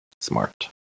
Smart